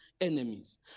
enemies